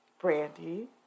Brandy